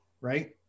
right